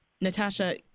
Natasha